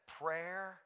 prayer